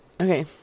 Okay